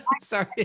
sorry